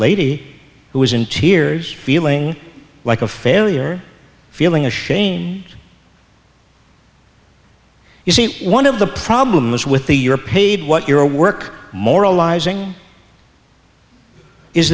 lady who was in tears feeling like a failure feeling ashamed you see one of the problems with the you're paid what your work moral